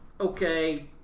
okay